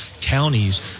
counties